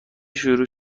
شروع